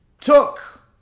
took